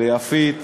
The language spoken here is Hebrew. ליפית.